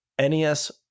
NES